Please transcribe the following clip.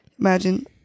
Imagine